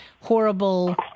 horrible